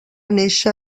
néixer